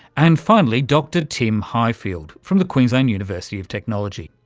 and finally dr tim highfield from the queensland university of technology.